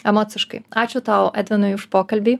emociškai ačiū tau edvinai už pokalbį